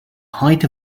height